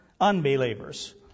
unbelievers